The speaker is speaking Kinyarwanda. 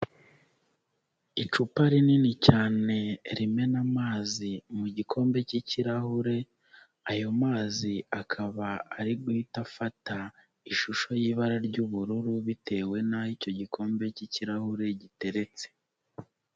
Icupa rinini cyane rimena amazi mu gikombe cy'ikirahure, ayo mazi akaba ari guhita afata ishusho y'ibara ry'ubururu bitewe n'aho icyo gikombe cy'ikirahure giteretse.